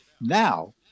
Now